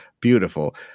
Beautiful